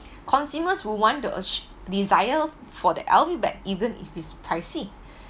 consumers will want to ach~ desire for the L_V bag even if it's pricey